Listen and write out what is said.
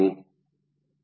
ಅದರ ಅರ್ಥವೇನು